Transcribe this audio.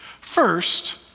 First